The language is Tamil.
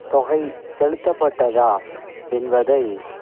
தொகை செலுத்தப்பட்டதா என்பதை